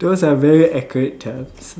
those are very accurate terms